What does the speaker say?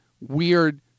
weird